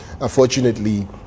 unfortunately